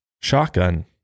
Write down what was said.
shotgun